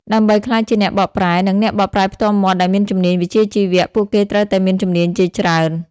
ដើម្បីក្លាយជាអ្នកបកប្រែ និងអ្នកបកប្រែផ្ទាល់មាត់ដែលមានជំនាញវិជ្ជាជីវៈ ពួកគេត្រូវតែមានជំនាញជាច្រើន។